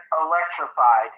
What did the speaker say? electrified